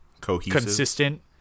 consistent